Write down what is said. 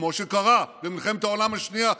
כמו שקרה במלחמת העולם השנייה,